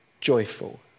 joyful